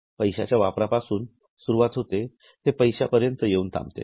पैश्याच्या वापरापासून सुरुवात होते ते पैश्या पर्यंत येऊन थांबते